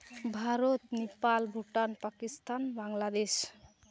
Bharat Nepal Bhutan Pakistan Bangladesh